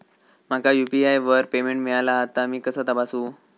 माका यू.पी.आय वर पेमेंट मिळाला हा ता मी कसा तपासू?